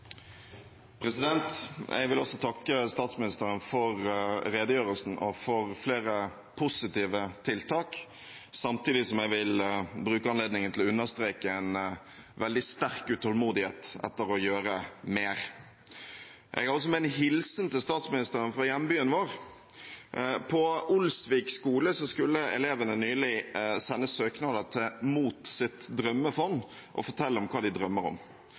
Jeg vil også takke statsministeren for redegjørelsen og for flere positive tiltak, samtidig som jeg vil bruke anledningen til å understreke en veldig sterk utålmodighet etter å gjøre mer. Jeg har med en hilsen til statsministeren fra hjembyen vår. På Olsvik skole skulle elevene nylig sende inn søknader mot sitt drømmefond og fortelle hva de drømmer om.